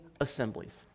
assemblies